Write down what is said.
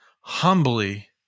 humbly